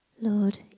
Lord